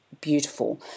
beautiful